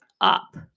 up